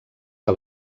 que